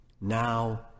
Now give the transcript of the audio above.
now